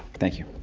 thank you.